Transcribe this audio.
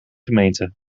gemeente